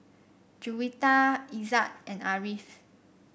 Juwita Izzat and Ariff